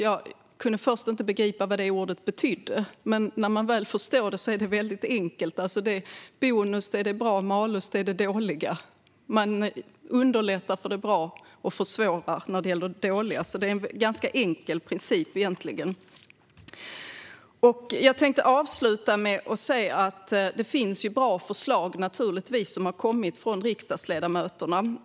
Jag kunde först inte begripa vad det betydde, men när man väl förstår det är det väldigt enkelt. Bonus är det bra och malus är det dåliga. Man underlättar för det bra och försvårar för det dåliga. Det är en ganska enkel princip egentligen. Jag tänkte avsluta med att säga att det naturligtvis har kommit bra förslag från riksdagsledamöterna.